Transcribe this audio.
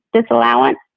disallowance